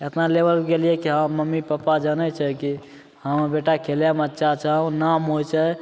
एतना लेबल पे गेलियै कि हँ मम्मी पप्पा जानै छै कि हमर बेटा खेलेमे अच्छा छै नाम होइ छै